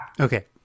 Okay